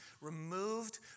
Removed